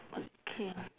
okay